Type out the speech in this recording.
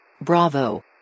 Bravo